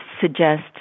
suggest